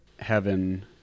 heaven